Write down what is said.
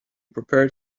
prepared